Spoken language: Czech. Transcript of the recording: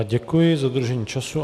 Děkuji za dodržení času.